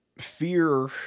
fear